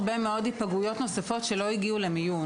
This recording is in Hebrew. יש הרבה מאוד פגיעות נוספות שלא הגיעו למיון.